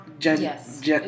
Yes